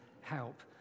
help